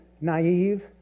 naive